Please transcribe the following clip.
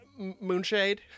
Moonshade